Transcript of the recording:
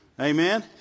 Amen